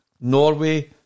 Norway